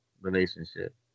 relationship